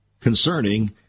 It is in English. concerning